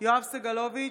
יואב סגלוביץ'